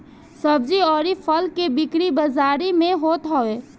सब्जी अउरी फल के बिक्री बाजारी में होत हवे